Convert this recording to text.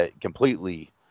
completely